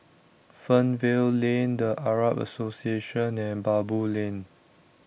Fernvale Lane The Arab Association and Baboo Lane